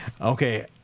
Okay